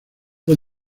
fue